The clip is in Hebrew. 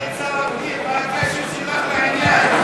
את סגנית שר הפנים, מה הקשר שלך לעניין?